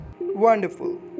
Wonderful